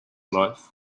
life